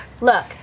Look